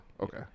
Okay